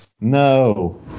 No